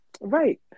Right